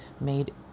made